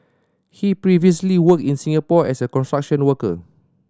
he previously worked in Singapore as a construction worker